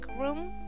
room